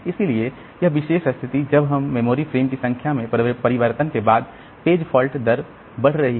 इसलिए यह विशेष स्थिति जब यह मेमोरी फ्रेम की संख्या में परिवर्तन के बाद पेज फॉल्ट दर बढ़ रही है